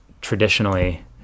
traditionally